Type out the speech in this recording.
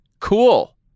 cool